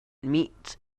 meets